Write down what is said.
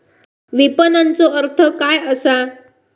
विपणनचो अर्थ काय असा?